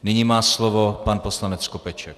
Nyní má slovo pan poslanec Skopeček.